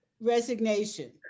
resignation